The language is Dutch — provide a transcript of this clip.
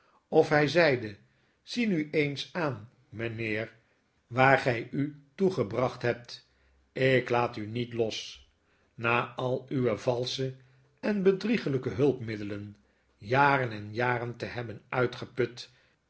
of hy zeide zie nu eens aan mynheer waar gy u toe gebracht hebt ik laat u niet los na al uwevalscheen bedriegelyke hulpmiddelen jaren en jaren te hebben uitgeput